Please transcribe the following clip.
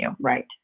Right